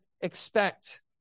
expect